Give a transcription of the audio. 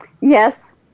yes